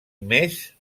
més